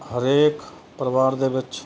ਹਰੇਕ ਪਰਿਵਾਰ ਦੇ ਵਿੱਚ